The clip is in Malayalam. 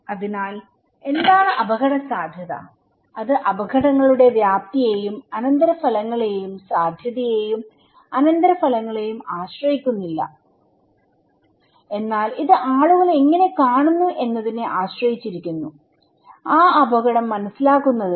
അതിനാൽ എന്താണ് അപകടസാധ്യത അത് അപകടങ്ങളുടെ വ്യാപ്തിയെയും അനന്തരഫലങ്ങളെയും സാധ്യതയെയും അനന്തരഫലങ്ങളെയും ആശ്രയിക്കുന്നില്ല എന്നാൽ ഇത് ആളുകൾ എങ്ങനെ കാണുന്നു എന്നതിനെ ആശ്രയിച്ചിരിക്കുന്നു ആ അപകടം മനസ്സിലാക്കുന്നതിനെ